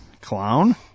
Clown